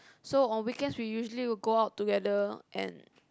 so on weekends we will usually go out together and